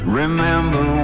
remember